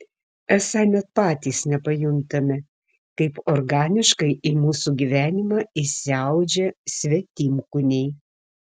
esą net patys nepajuntame kaip organiškai į mūsų gyvenimą įsiaudžia svetimkūniai